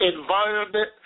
environment